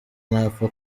ntapfa